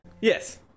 yes